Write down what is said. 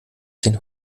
den